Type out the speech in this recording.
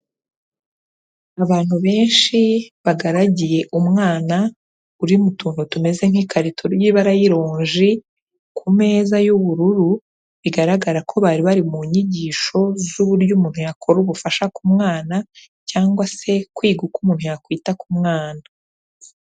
Abantu benshi bagaragiye umwana uri mu tuntu tumeze nk'ikarito y'ibara ry'ironji ku meza y'ubururu, bigaragara ko bari bari mu nyigisho z'uburyo umuntu yakora ubufasha ku mwana, cyangwa se kwiga uko umuntu yakwita ku mwana.